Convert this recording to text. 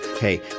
hey